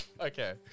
Okay